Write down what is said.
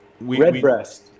Redbreast